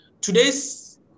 Today's